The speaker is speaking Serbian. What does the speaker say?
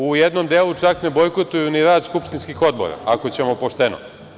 U jednom delu čak ne bojkotuju ni rad skupštinskih odbora, ako ćemo pošteno.